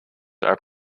are